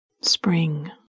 Spring